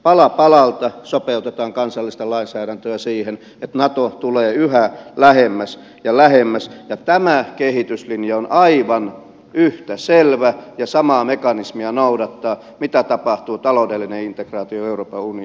pala palalta sopeutetaan kansallista lainsäädäntöä siihen että nato tulee yhä lähemmäs ja lähemmäs ja tämä kehityslinja on aivan yhtä selvä ja noudattaa samaa mekanismia kuin miten tapahtuu taloudellinen integraatio euroopan unionissa